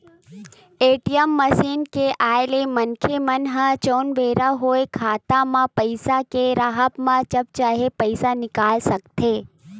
ATM machine के आय ले मनखे मन ह जउन बेरा होय खाता म पइसा के राहब म जब चाहे पइसा निकाल सकथे